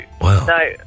Wow